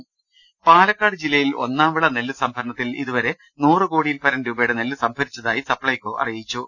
രദ്ദേഷ്ടങ പാലക്കാട് ജില്ലയിൽ ഒന്നാംവിള നെല്ല്സംഭരണത്തിൽ ഇതുവരെ നൂറു കോടിയിൽപ്പരം രൂപയുടെ നെല്ല് സംഭരിച്ചതായി സപ്ലൈകൊ അറിയിച്ചു